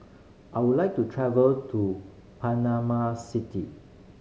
I would like to travel to Panama City